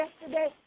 yesterday